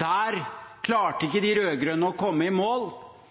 Der klarte ikke de rød-grønne å komme i mål.